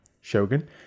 shogun